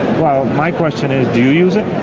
well, my question is, do you use it?